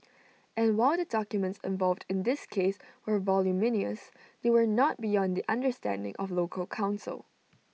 and while the documents involved in this case were voluminous they were not beyond the understanding of local counsel